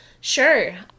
Sure